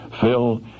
Phil